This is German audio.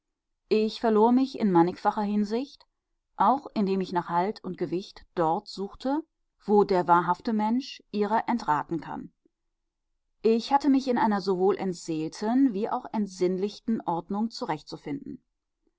ich verlor mich in mannigfacher hinsicht auch indem ich nach halt und gewicht dort suchte wo der wahrhafte mensch ihrer entraten kann ich hatte mich in einer sowohl entseelten wie auch entsinnlichten ordnung